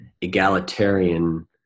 egalitarian